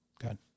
Good